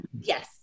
Yes